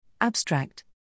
Abstract